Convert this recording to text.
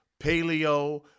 paleo